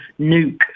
nuke